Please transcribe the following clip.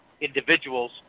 individuals